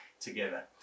together